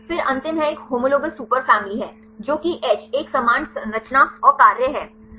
फिर अंतिम है एक होमोलोगस सुपरफ़ैमिली है जो कि एच एक समान संरचना और कार्य है